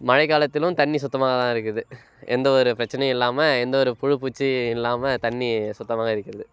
மழை காலத்திலும் தண்ணி சுத்தமாக தான் இருக்கிறது எந்த ஒரு பிரச்சினையும் இல்லாமல் எந்த ஒரு புழு பூச்சி இல்லாமல் தண்ணி சுத்தமாக தான் இருக்கிறது